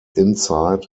insight